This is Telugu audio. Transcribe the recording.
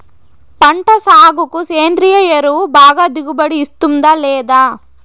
పంట సాగుకు సేంద్రియ ఎరువు బాగా దిగుబడి ఇస్తుందా లేదా